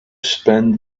spend